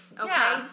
Okay